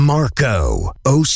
Marco